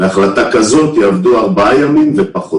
בהחלטה כזאת, יעבדו 4 ימים ופחות